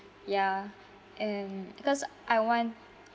ya and because I want